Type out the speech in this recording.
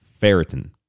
ferritin